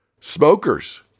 Smokers